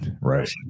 right